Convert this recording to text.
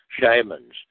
shamans